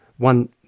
one